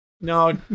No